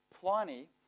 Pliny